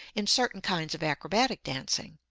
in certain kinds of acrobatic dancing.